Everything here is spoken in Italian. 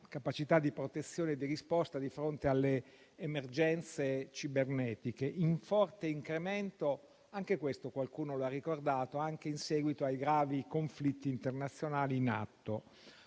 capacità di protezione e di risposta di fronte alle emergenze cibernetiche in forte incremento - come qualcuno ha ricordato - anche in seguito ai gravi conflitti internazionali in atto.